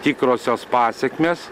tikrosios pasekmės